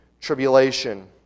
tribulation